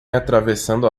atravessando